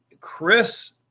Chris